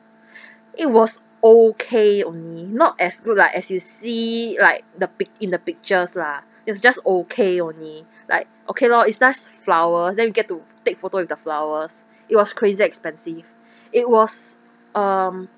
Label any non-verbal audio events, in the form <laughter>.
<breath> it was okay only not as good lah as you see like the pic~ in the pictures lah it's just okay only like okay lor is just flower then you get to take photo with the flowers it was crazy expensive <breath> it was um